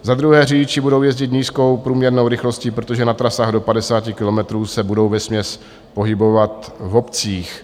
Za druhé řidiči budou jezdit nízkou průměrnou rychlostí, protože na trasách do 50 kilometrů se budou vesměs pohybovat v obcích.